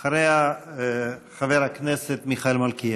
אחריה, חבר הכנסת מיכאל מלכיאלי.